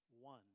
one